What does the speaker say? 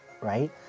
right